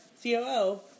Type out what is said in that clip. C-O-O